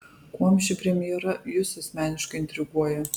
kuom ši premjera jus asmeniškai intriguoja